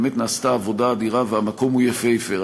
באמת נעשתה עבודה אדירה והמקום הוא יפהפה,